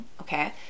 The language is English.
okay